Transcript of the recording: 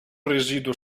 residuo